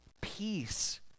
peace